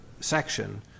section